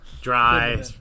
Dry